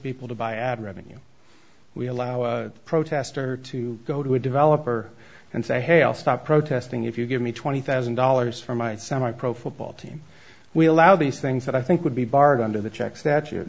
people to buy ad revenue we allow a protester to go to a developer and say hey i'll stop protesting if you give me twenty thousand dollars from my semi pro football team we allow these things that i think would be barred under the checks that y